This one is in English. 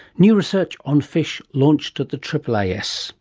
new research on fish launched at the aaas